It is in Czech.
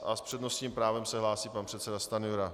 S přednostním právem se hlásí pan předseda Stanjura.